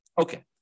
Okay